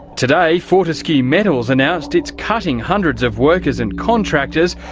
today, fortescue metals announced it's cutting hundreds of workers and contractors,